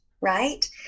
right